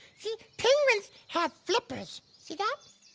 see penguins have flippers see that?